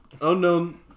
unknown